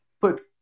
put